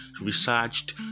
researched